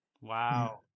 Wow